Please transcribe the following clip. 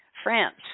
France